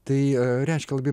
tai reiškia labai